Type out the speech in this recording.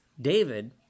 David